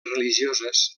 religioses